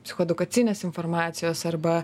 psichoedukacinės informacijos arba